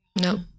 no